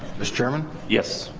mr. chairman. yes.